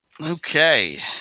Okay